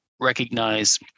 recognize